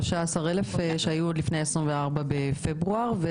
13,000 שהיו עוד לפני ה-24 בפברואר.